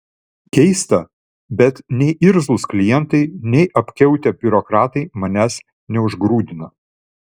keista bet nei irzlūs klientai nei apkiautę biurokratai manęs neužgrūdino